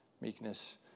meekness